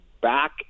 back